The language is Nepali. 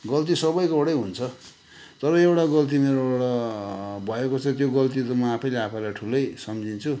गल्ती सबैकोबाटै हुन्छ तर एउटा गल्ती मेरोबाट भएको छ त्यो गल्ती त म आफैले आफैलाई ठुलै सम्झिम्छु